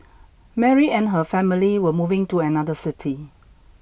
Mary and her family were moving to another city